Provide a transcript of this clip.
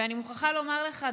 ואני מוכרחה לומר לך,